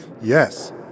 Yes